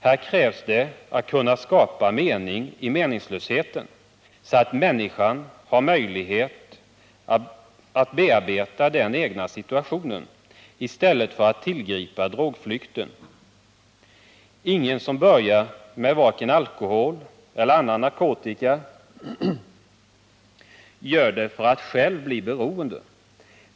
Här krävs det att kunna skapa mening i meningslösheten så att människan har möjlighet att bearbeta den egna situationen i stället för att tillgripa drogflykten. Ingen som börjar med alkohol eller annan narkotika gör det för att själv bli beroende.